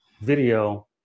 video